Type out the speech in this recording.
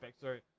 Sorry